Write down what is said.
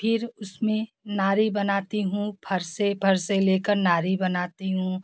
फिर उस में नारी बनाती हूँ फरसे फरसे ले कर नारी बनाती हूँ